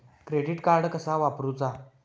Credit card कसा वापरूचा?